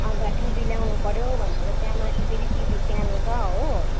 अन्त टिभी ल्याउनुपर्यो भनेर त्यहाँ माथि फेरि टिभी सानो छ हो